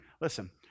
listen